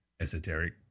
esoteric